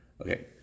Okay